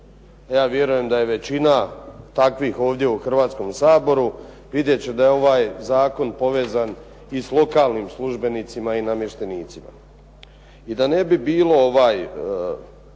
ja vjerujem da je većina takvih ovdje u Hrvatskom saboru vidjet će da je ovaj zakon povezan i sa lokalnim službenicima i namještenicima. I da ne bi bilo sve